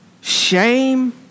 shame